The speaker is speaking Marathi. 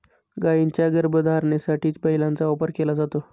गायींच्या गर्भधारणेसाठी बैलाचा वापर केला जातो